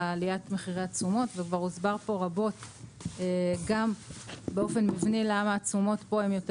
עליית מחירי התשומות וכבר הוסבר רבות גם באופן מבני למה התשומות פה יותר